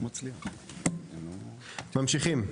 ממשיכים.